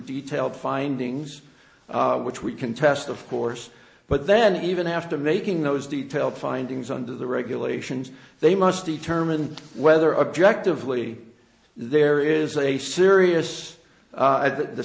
detailed findings which we can test of course but then even after making those details findings under the regulations they must determine whether objective willie there is a serious that the